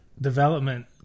development